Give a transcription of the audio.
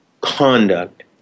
conduct